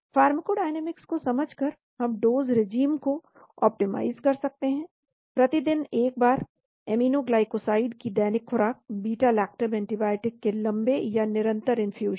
pharmacodynamics को समझकर हम डोज़ रेजिम को ऑप्टिमाइज़ कर सकते हैं प्रतिदिन एक बार अमीनोग्लाइकोसाइड की दैनिक खुराक बीटा लैक्टम एंटीबायोटिक के लंबे या निरंतर इन्फ्यूश़न